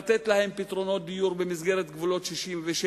לתת להם פתרונות דיור במסגרת גבולות 67'